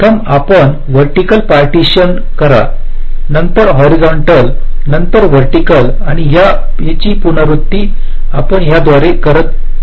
प्रथम आपण vertical partition करा नंतर हॉरिझंटल नंतर व्हर्टिकल आणि या पुनरावृत्तीने आपण त्याद्वारे जा